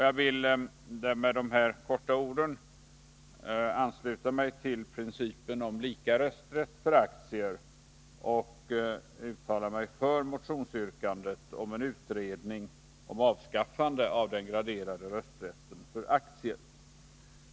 Jag vill med dessa få ord ansluta mig till principen om lika rösträtt för aktier och uttala mig för motionsyrkandet om en utredning om avskaffande av den graderade rösträtten för aktier.